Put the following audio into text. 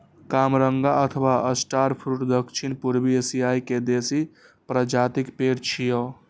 कामरंगा अथवा star fruit दक्षिण पूर्वी एशिया के देसी प्रजातिक पेड़ छियै